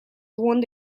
warned